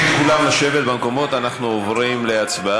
אנחנו בעלי המקום.